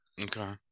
okay